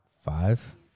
Five